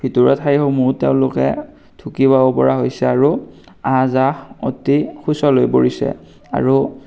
ভিতৰুৱা ঠাইসমূহো তেওঁলোকে ঢুকি পাব পৰা হৈছে আৰু আহ যাহ অতি সুচল হৈ পৰিছে আৰু